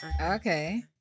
Okay